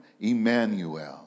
Emmanuel